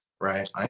right